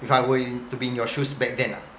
if I were to be in your shoes back then ah